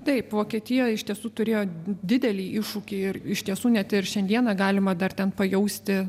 taip vokietija iš tiesų turėjo didelį iššūkį ir iš tiesų net ir šiandieną galima dar ten pajausti